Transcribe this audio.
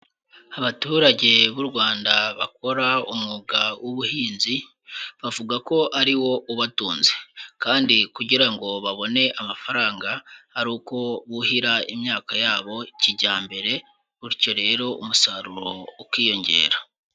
Abaturage b'u Rwanda bakora umwuga w'ubuhinzi, bavuga ko ari wo ubatunze, kandi kugira ngo babone amafaranga ari uko buhira imyaka yabo kijyambere, bityo rero umusaruro ukiyongera.